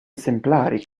esemplari